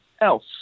else